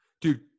dude